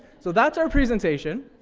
so that's our presentation.